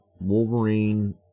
Wolverine